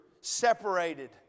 separated